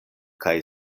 kaj